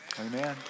Amen